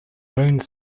bone